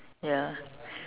ya